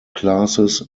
classes